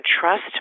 trust